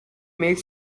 makes